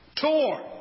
torn